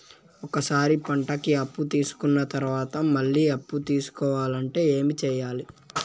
ఒక సారి పంటకి అప్పు తీసుకున్న తర్వాత మళ్ళీ అప్పు తీసుకోవాలంటే ఏమి చేయాలి?